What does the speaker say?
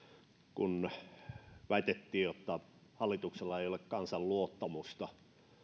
kun väitettiin että hallituksella ei ole kansan luottamusta